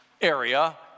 area